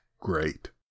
great